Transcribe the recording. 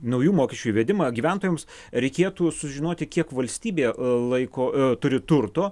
naujų mokesčių įvedimą gyventojams reikėtų sužinoti kiek valstybė laiko turi turto